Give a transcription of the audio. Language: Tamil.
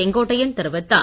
செங்கோட்டையன் தெரிவித்தார்